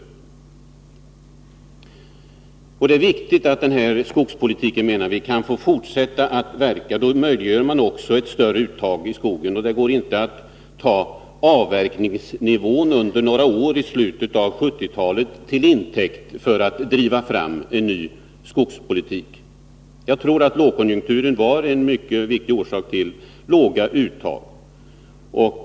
Vi menar att det är viktigt att den här skogspolitiken kan få fortsätta att verka. Då möjliggör man ett större uttag i skogen. Det går inte att ta avverkningsnivån under några år i slutet av 1970-talet till intäkt för att driva fram en ny skogspolitik. Jag tror att lågkonjunkturen var en mycket viktig orsak till en låg uttagsnivå.